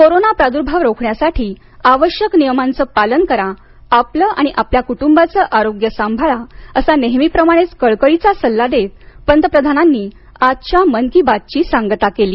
corona प्रादुर्भाव रोखण्यासाठी आवश्यक नियमांचं पालन करण्याचा आपलं आणि आपल्या कुटुंबाचं आरोग्य सांभाळा असा नेहेमीप्रमाणेच कळकळीचा सल्ला देत पंतप्रधानांनी आजच्या मन की बातची सांगता केली